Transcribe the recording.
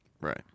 Right